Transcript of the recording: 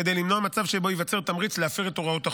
כדי למנוע מצב שבו ייווצר תמריץ להפר את הוראות החוק.